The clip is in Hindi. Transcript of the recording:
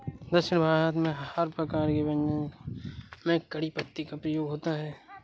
दक्षिण भारत में हर प्रकार के व्यंजन में कढ़ी पत्ते का प्रयोग होता है